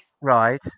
Right